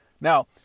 Now